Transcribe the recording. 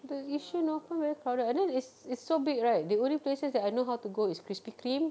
the yishun northpoint very crowded and then it's it's so big right the only places I know how to go is Krispy Kreme